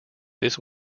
this